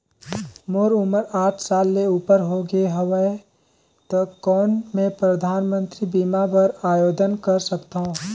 मोर उमर साठ साल ले उपर हो गे हवय त कौन मैं परधानमंतरी बीमा बर आवेदन कर सकथव?